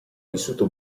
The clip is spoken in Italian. vissuto